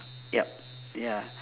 yup ya